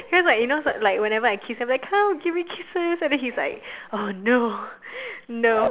cause like you know whenever I kiss him come give me kisses and then he was like no no